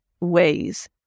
ways